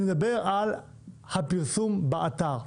אני מדבר על הפרסום באתר.